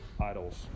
idols